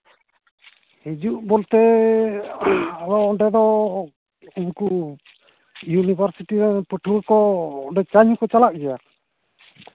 ᱦᱤᱡᱩᱜ ᱵᱚᱞᱛᱮ ᱟᱫᱚ ᱚᱸᱰᱮ ᱫᱚ ᱤᱭᱩᱱᱤᱵᱷᱟᱨᱥᱤᱴᱤ ᱨᱮᱱ ᱯᱟᱹᱴᱷᱩᱣᱟᱹ ᱠᱚ ᱚᱸᱰᱮ ᱪᱟ ᱧᱩ ᱠᱚ ᱪᱟᱞᱟᱜ ᱜᱮᱭᱟ